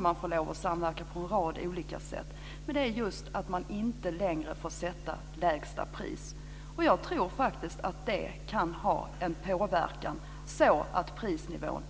Man får lov att samverka på en rad olika sätt, men här handlar det just om att man inte längre får sätta ett lägsta pris. Jag tror faktiskt att detta kan ha en påverkan så att prisnivån